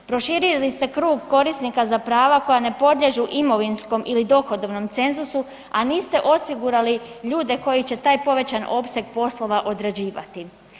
Proširili ste krug korisnika za prava koja ne podliježu imovinskom ili dohodovnom cenzusu a niste osigurali ljude koji će taj povećan opseg poslova odrađivati.